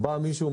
בא מישהו,